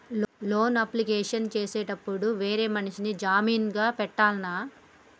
Loan application చేసేటప్పుడు వేరే మనిషిని జామీన్ గా పెట్టాల్నా?